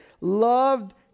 loved